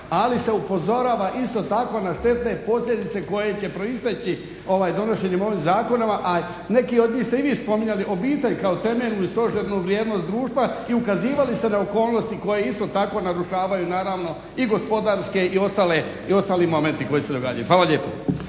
ali se upozorava isto tako na štetne posljedice koje će proisteći donošenjem ovog zakona, a neke od njih ste i vi spominjali, obitelj kao temeljnu i stožernu vrijednost društva i ukazivali ste na okolnosti koje isto tako narušavaju naravno i gospodarske i ostali momenti koji se događaju. Hvala lijepo.